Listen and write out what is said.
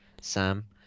Sam